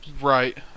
Right